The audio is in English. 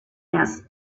asked